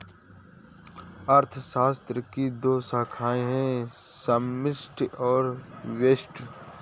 अर्थशास्त्र की दो शाखाए है समष्टि और व्यष्टि